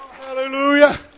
Hallelujah